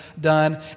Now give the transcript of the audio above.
done